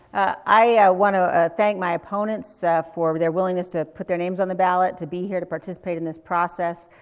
i want to ah thank my opponents so for their willingness to put their names on the ballot, to be here to participate in this process.